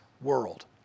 world